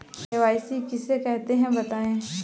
KYC किसे कहते हैं बताएँ?